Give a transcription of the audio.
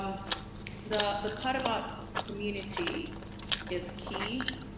the the part about community is key.